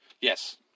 Yes